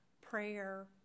prayer